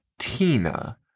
Tina